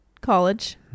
college